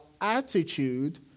attitude